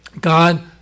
God